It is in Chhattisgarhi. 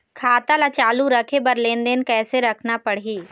खाता ला चालू रखे बर लेनदेन कैसे रखना पड़ही?